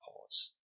pause